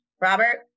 Robert